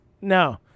No